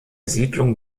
siedlung